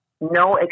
No